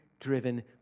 driven